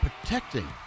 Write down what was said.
protecting